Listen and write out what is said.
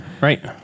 right